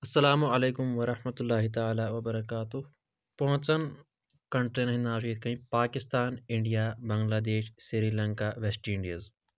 اسلام علیکم ورحمَتہُ اللہ تعالیٰ وبرکاتہ پانٛژن کَنٹرٛیٖیَن ہٕنٛدۍ ناو چھُ یِتھ کٔنۍ Pakistan India Bangladesh Sri Lanka West Indies